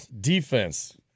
defense